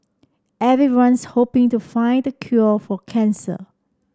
everyone's hoping to find the cure for cancer